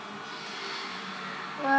uh